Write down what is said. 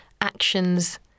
actions